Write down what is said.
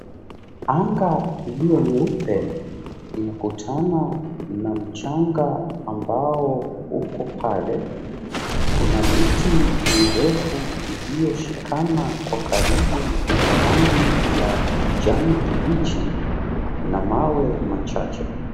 Anga iliyo nyeupe, inakutana na mchanga ambao uko pale. Kuna miti mirefu iliyoshikana kwa karibu yenye rangi ya kijani kibichi na mawe machache.